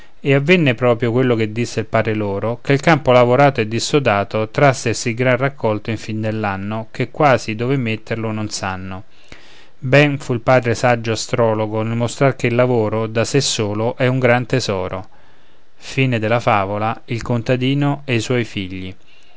e avvenne proprio quello che disse il padre loro ché il campo lavorato e dissodato trasser sì gran raccolto in fin dell'anno che quasi dove metterlo non sanno ben fu il padre saggio astrologo nel mostrare che il lavoro da sé solo è un gran tesoro x